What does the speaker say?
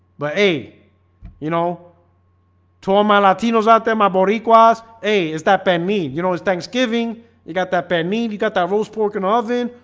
but a you know told my latinos out there my boricuas a is that pan mean? you know, it's thanksgiving you got that pan mean you got that roast pork an oven.